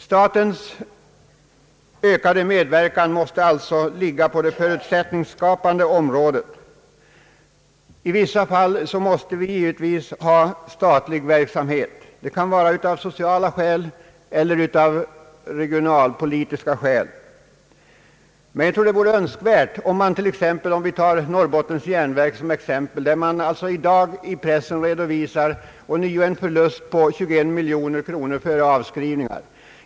Statens ökade medverkan måste alltså ligga på det förutsättningsskapande området. I vissa fall måste vi givetvis ha statlig verksamhet, av sociala eller regionalpolitiska skäl. Men låt oss ta Norr bottens järnverk som exempel. I pressen ser vi i dag att detta företag ånyo redovisar en förlust, 21 miljoner kronor före avskrivningar.